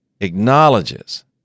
acknowledges